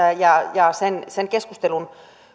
ja ja sen sen keskustelun